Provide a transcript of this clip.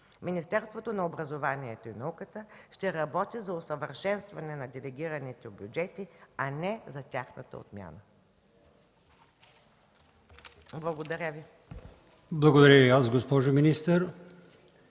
Министерството на образованието и науката ще работи за усъвършенстване на делегираните бюджети, а не за тяхната отмяна. Благодаря. ПРЕДСЕДАТЕЛ АЛИОСМАН ИМАМОВ: Благодаря и аз, госпожо министър.